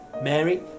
Mary